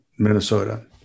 Minnesota